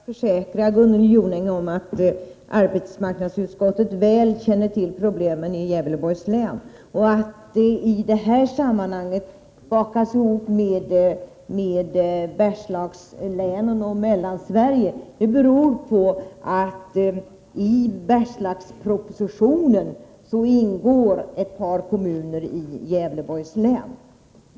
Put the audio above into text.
Herr talman! Jag vill bara försäkra Gunnel Jonäng att arbetsmarknadsutskottet väl känner till problemen i Gävleborgs län. Att länet i det här sammanhanget bakats ihop med Bergslagslänen och Mellansverige beror på att ett par kommuner i Gävleborgs län ingår i Bergslagspropositionen.